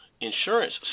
insurance